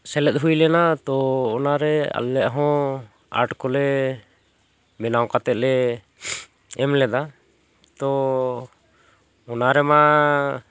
ᱥᱮᱞᱮᱫ ᱦᱩᱭ ᱞᱮᱱᱟ ᱛᱚ ᱚᱱᱟᱨᱮ ᱟᱞᱮ ᱦᱚᱸ ᱟᱨᱴ ᱠᱚᱞᱮ ᱵᱮᱱᱟᱣ ᱠᱟᱛᱮᱫ ᱞᱮ ᱮᱢ ᱞᱮᱫᱟ ᱛᱚ ᱚᱱᱟᱨᱮ ᱢᱟ